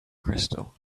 crystal